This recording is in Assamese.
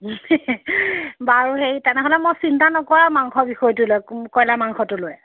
বাৰু হেৰি তেনেহ'লে মই চিন্তা নকৰোঁ আৰু মাংস বিষয়টো লৈ কইলাৰ মাংসটো লৈ